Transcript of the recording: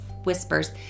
whispers